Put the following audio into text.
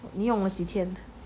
你用了几天